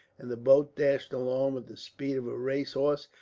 and the boat dashed along, with the speed of a racehorse,